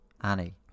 Annie